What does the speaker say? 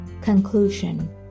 Conclusion